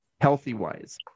healthy-wise